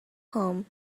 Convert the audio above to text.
home